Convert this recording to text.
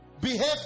behave